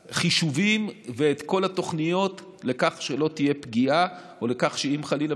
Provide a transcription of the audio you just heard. החישובים ואת כל התוכניות לכך שלא תהיה פגיעה או לכך שאם חלילה